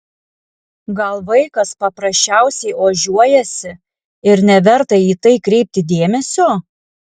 gal vaikas paprasčiausiai ožiuojasi ir neverta į tai kreipti dėmesio